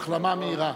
החלמה מהירה.